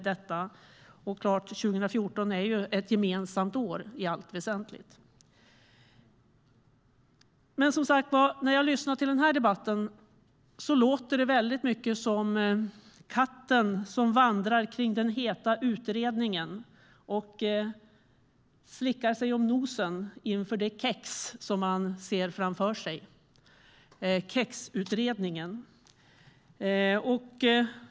År 2014 var ju ett gemensamt år i allt väsentligt. När jag lyssnar till debatten leds tankarna till katten som vandrar kring den heta utredningen och slickar sig om nosen inför det kex som den ser framför sig, KEX-utredningen.